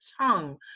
tongue